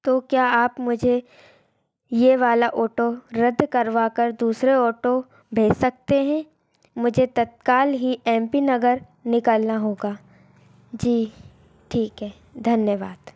तो क्या आप मुझे ये वाला ओटो रद्द करवा कर दूसरा ऑटो भेज सकते हें मुझे तत्काल ही एम पी नगर निकलना होगा जी ठीक है धन्यवाद